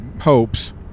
hopes